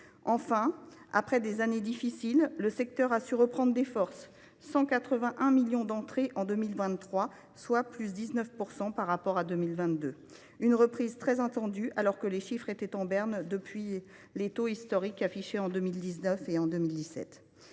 Enfin, après des années difficiles, le secteur a su reprendre des forces : 181 millions d’entrées en 2023, soit une progression de 19 % par rapport à 2022. Cette reprise était très attendue, alors que les chiffres étaient en berne depuis les taux historiques affichés entre 2017 et 2019.